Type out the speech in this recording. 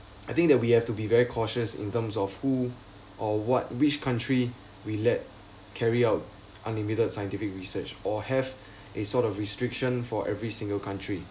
I think that we have to be very cautious in terms of who or what which country we let carry out unlimited scientific research or have a sort of restriction for every single country